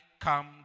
come